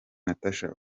natacha